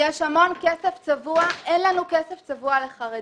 יש המון כסף צבוע אבל אין לנו כסף צבוע לחרדים.